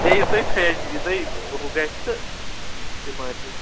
ہے یہِ تۄہہِ سجووٕ یہِ تۄہہِ ہُہ گژھِ تہٕ تہِ مٲرِو